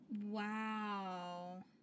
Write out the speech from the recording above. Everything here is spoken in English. Wow